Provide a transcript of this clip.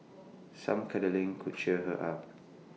some cuddling could cheer her up